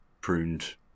pruned